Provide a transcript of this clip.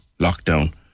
lockdown